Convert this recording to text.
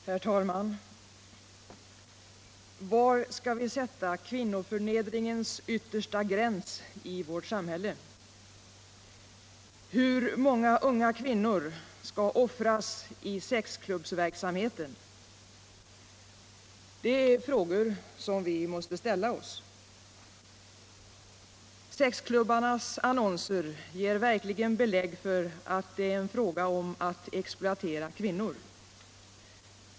Herr talman! Var skall vi sätta kvinnoförnedringens ytersta gräns i vårt samhälle? Hur många unga kvinnor skall offras i sexklubbsverksamheten? Det är frågor som vi måste ställa oss. Sexklubbarnas annonser ger verkligen belägg för att det är en fråga om att exploatera kvinnor.